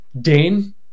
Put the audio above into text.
Dane